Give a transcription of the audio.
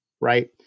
right